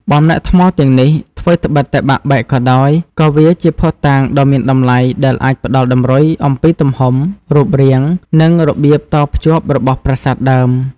បំណែកថ្មទាំងនេះ ថ្វីត្បិតតែបាក់បែកក៏ដោយ ក៏វាជាភស្តុតាងដ៏មានតម្លៃដែលអាចផ្តល់តម្រុយអំពីទំហំ រូបរាង និងរបៀបតភ្ជាប់របស់ប្រាសាទដើម។